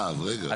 אה, אז רגע.